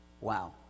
Wow